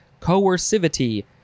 coercivity